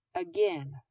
again